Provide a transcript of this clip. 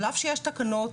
על אף שיש תקנות,